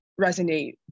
resonate